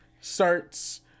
starts